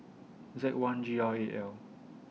Z one G R eight L